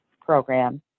Program